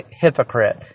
hypocrite